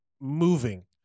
moving